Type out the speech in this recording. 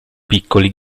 piccoli